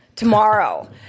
tomorrow